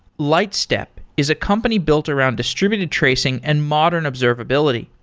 lightstep is a company built around distributed tracing and modern observability.